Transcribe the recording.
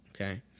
Okay